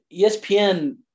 ESPN